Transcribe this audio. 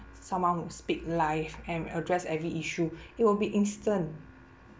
someone who speak live and address every issue it will be instant